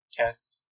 test